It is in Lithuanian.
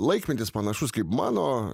laikmetis panašus kaip mano